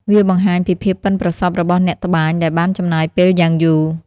វាបង្ហាញពីភាពប៉ិនប្រសប់របស់អ្នកត្បាញដែលបានចំណាយពេលយ៉ាងយូរ។